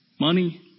money